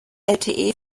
lte